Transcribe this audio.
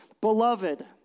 Beloved